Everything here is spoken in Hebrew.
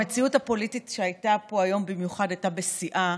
המציאות הפוליטית שהייתה פה היום הייתה במיוחד בשיאה